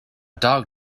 dog